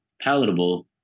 palatable